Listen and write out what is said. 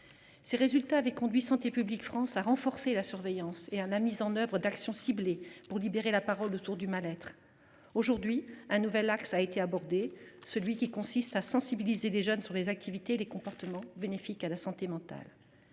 Ces résultats avaient conduit Santé publique France à renforcer la surveillance et la mise en œuvre d’actions ciblées pour libérer la parole autour du mal être. Aujourd’hui, un nouvel axe a été abordé, qui consiste à sensibiliser les jeunes aux activités et aux comportements bénéfiques à leur santé mentale.